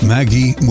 Maggie